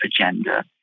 agenda